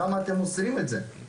למה אתם אוסרים את זה?